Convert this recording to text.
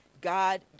God